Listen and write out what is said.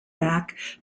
back